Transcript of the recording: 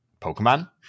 pokemon